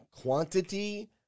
quantity